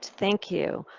thank you.